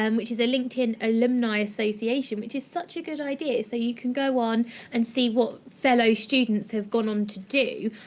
um which is a linkedin alumni association, which is such a good idea. so you can go on and see what fellow students have gone on to do,